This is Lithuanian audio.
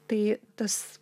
tai tas